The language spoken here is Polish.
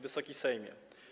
Wysoki Sejmie!